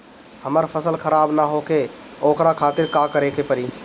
हमर फसल खराब न होखे ओकरा खातिर का करे के परी?